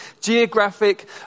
geographic